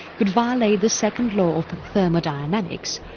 could violate the second law of thermodynamics,